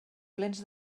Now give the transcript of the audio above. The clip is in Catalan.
plens